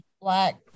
black